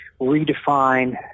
redefine